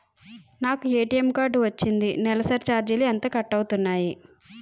నాకు ATM card వచ్చింది నెలసరి ఛార్జీలు ఎంత కట్ అవ్తున్నాయి?